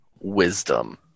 wisdom